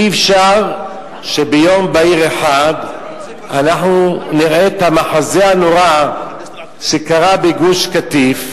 אי-אפשר שביום בהיר אחד אנחנו נראה את המחזה הנורא שקרה בגוש-קטיף,